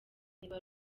niba